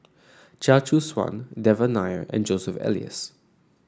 Chia Choo Suan Devan Nair and Joseph Elias